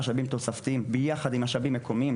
משאבים תוספתיים יחד עם משאבים מקומיים,